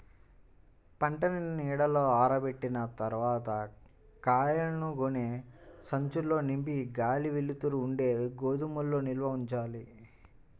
పంటని నీడలో ఆరబెట్టిన తర్వాత కాయలను గోనె సంచుల్లో నింపి గాలి, వెలుతురు ఉండే గోదాముల్లో నిల్వ ఉంచాలి